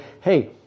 Hey